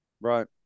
Right